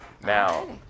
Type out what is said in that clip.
Now